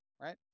right